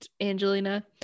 Angelina